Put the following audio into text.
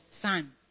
son